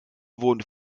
wurden